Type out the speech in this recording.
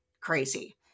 crazy